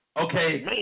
Okay